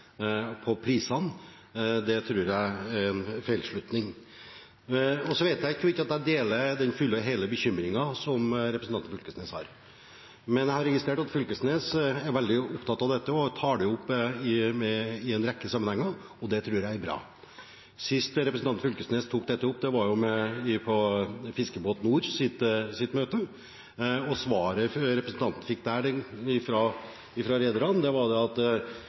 på prisene, tror jeg er en feilslutning, og jeg vet ikke om jeg deler den hele og fulle bekymringen som representanten Fylkesnes har. Men jeg har registrert at Fylkesnes er veldig opptatt av dette og tar det opp i en rekke sammenhenger, og det tror jeg er bra. Sist representanten Fylkesnes tok opp dette, var på Fiskebåt Nords møte, og svaret representanten fikk fra rederne der, var at man trengte ikke å bekymre seg, for man hadde kontroll. Men dette henger sammen med den